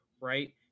right